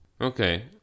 Okay